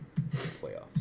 playoffs